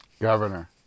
Governor